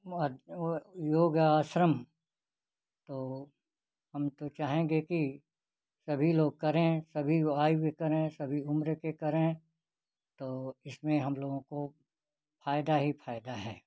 वो योगाश्रम तो हम तो चाहेंगे कि सभी लोग करें सभी आयु के भी करें सभी उम्र के भी करें तो इसमें हम लोगों को फायदा ही फायदा है